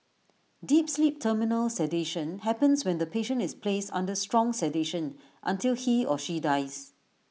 deep sleep terminal sedation happens when the patient is placed under strong sedation until he or she dies